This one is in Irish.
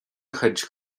chuid